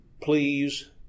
please